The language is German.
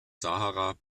sahara